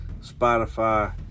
Spotify